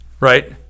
Right